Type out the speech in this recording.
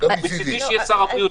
שר הבריאות.